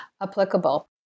applicable